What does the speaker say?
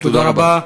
תודה רבה.